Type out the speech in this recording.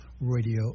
radio